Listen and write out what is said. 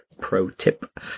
pro-tip